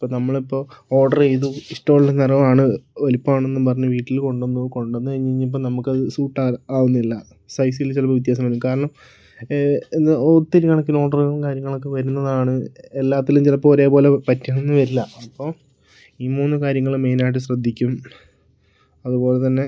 ഇപ്പം നമ്മളിപ്പോൾ ഓഡറ് ചെയ്തു ഇഷ്ടമുള്ള നിറമാണ് വലിപ്പമാണെന്നും പറഞ്ഞ് വീട്ടിൽ കൊണ്ടുവന്നു കൊണ്ടുവന്ന് കഴിഞ്ഞുകഴിഞ്ഞപ്പം നമുക്കത് സൂട്ട് ആകുന്നില്ല സൈസിൽ ചിലപ്പോൾ വ്യത്യാസം വരും കാരണം ഇന്ന് ഒത്തിരി കണക്കിന് ഓഡറും കാര്യങ്ങളൊക്കെ വരുന്നതാണ് എല്ലാത്തിലും ചിലപ്പോൾ ഒരേപോലെ പറ്റണമെന്ന് വരില്ല അപ്പോൾ ഈ മൂന്ന് കാര്യങ്ങൾ മെയിനായിട്ട് ശ്രദ്ധിക്കും അതുപോലെത്തന്നെ